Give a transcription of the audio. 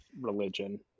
religion